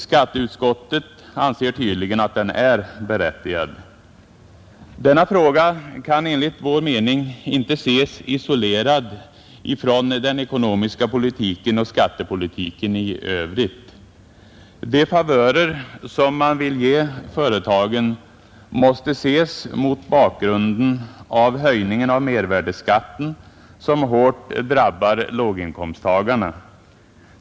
Skatteutskottet anser tydligen att den är berättigad. Denna fråga kan enligt vår mening inte ses isolerad från den ekonomiska politiken och skattepolitiken i övrigt. De favörer som man vill ge företagen måste ses mot bakgrunden av höjningen av mervärdeskatten, som hårt drabbar låginkomsttagarna.